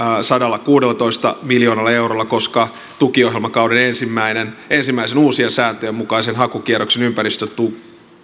sadallakuudellatoista miljoonalla eurolla koska tukiohjelmakauden ensimmäisen uusien sääntöjen mukaisen hakukierroksen ympäristötukien